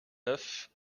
neuf